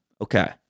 Okay